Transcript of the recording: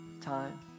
time